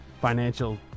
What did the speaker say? financial